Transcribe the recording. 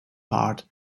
part